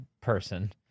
person